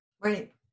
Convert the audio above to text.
Right